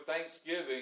thanksgiving